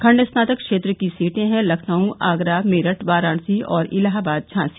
खंड स्नातक क्षेत्र की सीटें हैं लखनऊ आगरा मेरठ वाराणसी और इलाहाबाद झांसी